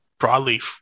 broadleaf